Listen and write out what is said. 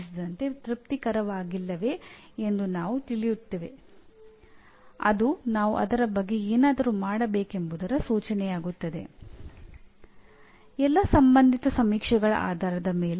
ಸಾಮಾನ್ಯವಾಗಿ ಈ ದಿನಗಳಲ್ಲಿ ಮೊದಲ ವರ್ಷದ ಶಿಕ್ಷಣ ಚಟುವಟಿಕೆಗಳು ಕಾಲೇಜಿನಲ್ಲಿ ಸಾಮಾನ್ಯವಾಗಿದೆ